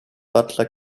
butler